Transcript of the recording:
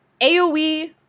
AOE